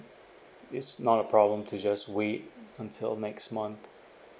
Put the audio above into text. it's not a problem to just wait until next month